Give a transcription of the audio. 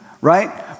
right